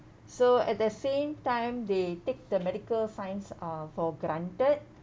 so at the same time they take the medical science uh for granted